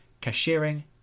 cashiering